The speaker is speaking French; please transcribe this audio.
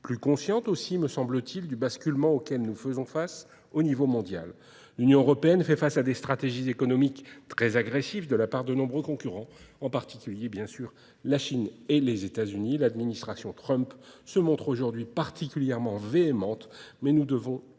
Plus consciente aussi, me semble-t-il, du basculement auquel nous faisons face au niveau mondial. L'Union européenne fait face à des stratégies économiques très agressives de la part de nombreux concurrents, en particulier bien sûr la Chine et les États-Unis. L'administration Trump se montre aujourd'hui particulièrement véhémente, mais nous ne devons